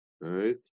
Right